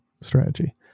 strategy